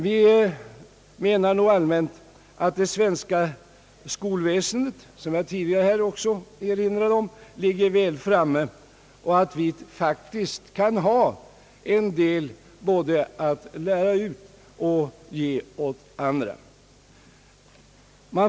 Vi anser nog allmänt att det svenska skolväsendet ligger väl framme, vilket jag tidigare erinrat om, och att vi faktiskt kan ha en del att lära ut åt andra.